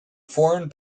formed